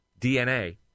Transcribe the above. DNA